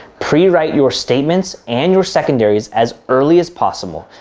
pre-write your statements and your secondaries as early as possible.